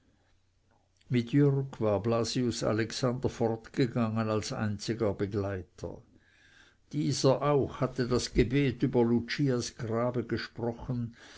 jürg war blasius alexander fortgegangen als einziger begleiter dieser auch hatte das gebet über lucias grabe gesprochen